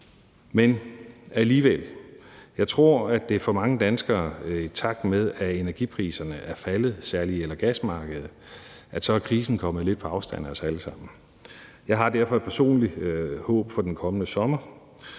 Men jeg tror, at det for mange danskere er sådan, i takt med at energipriserne er faldet, særlig på el- og gasmarkedet, at krisen er kommet lidt på afstand for os alle sammen. Jeg har derfor et personligt håb for den kommende sommer: